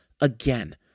again